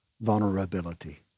vulnerability